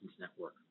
Network